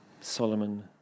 Solomon